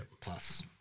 plus